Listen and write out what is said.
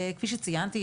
כפי שציינתי,